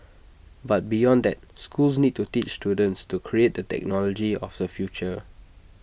but beyond that schools need to teach students to create the technology of the future